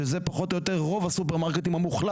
שזה פחות או יותר הרוב המוחלט של הסופרמרקטים בישראל.